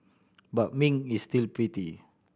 but Ming is still pretty